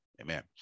Amen